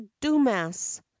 dumas